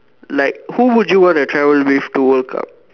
like who would you wanna travel with to world cup